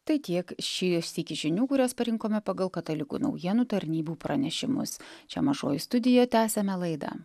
tai tiek šį sykį žinių kurias parinkome pagal katalikų naujienų tarnybų pranešimus čia mažoji studija tęsiame laidą